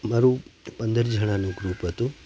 મારું પંદર જણાનું ગ્રુપ હતું